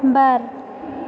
बार